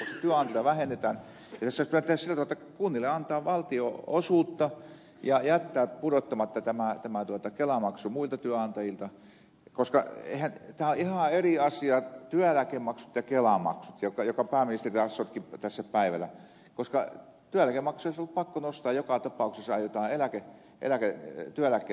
tässä pitäisi kyllä tehdä sillä tavalla että kunnille annetaan valtionosuutta ja jätetään pudottamatta tämä kelamaksu muilta työnantajilta koska ihan eri asioita ovat työeläkemaksut ja kelamaksut jotka pääministeri taas sotki tässä päivällä koska työeläkemaksuja olisi ollut pakko nostaa joka tapauksessa jos aiotaan työeläkkeet hoitaa